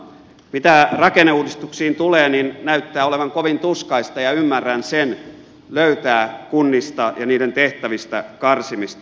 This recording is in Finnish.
mitä rakenneuudistuksiin tulee niin näyttää olevan kovin tuskaista ja ymmärrän sen löytää kunnista ja niiden tehtävistä karsimista